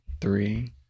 Three